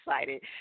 excited